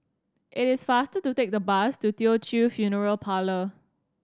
it is faster to take the bus to Teochew Funeral Parlour